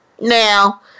Now